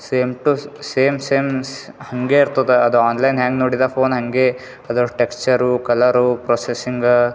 say to same sames ಹಂಗೇ ಇರ್ತದೆ ಅದು ಆನ್ಲೈನ್ ಹ್ಯಾಂಗೆ ನೋಡಿದೆ ಫೋನ್ ಹಂಗೇ ಅದರ ಟೆಕ್ಚರು ಕಲರು ಪ್ರೋಸೆಸಿಂಗ